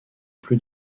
plus